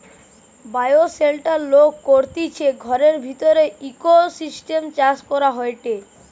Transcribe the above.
bioshelter লোক করতিছে ঘরের ভিতরের ইকোসিস্টেম চাষ হয়টে